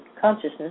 consciousness